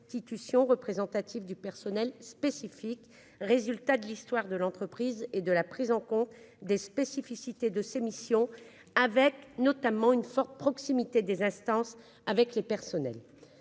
représentatives du personnel spécifiques, qui sont le résultat de l'histoire de l'entreprise et de la prise en compte des spécificités de ses missions. On y observe notamment une forte proximité des instances avec le personnel.